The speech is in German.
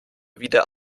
wieder